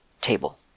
table